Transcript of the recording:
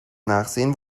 nachsehen